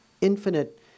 infinite